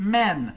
men